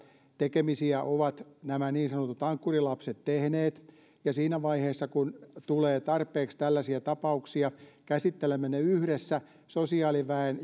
tekemisiä ovat nämä niin sanotut ankkurilapset tehneet ja siinä vaiheessa kun tulee tarpeeksi tällaisia tapauksia käsittelemme ne yhdessä sosiaaliväen